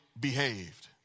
behaved